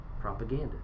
Propaganda